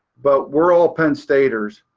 but we're all penn staters,